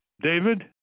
David